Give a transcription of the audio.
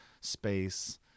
space